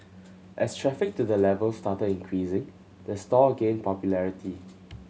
as traffic to the level started increasing the store gained popularity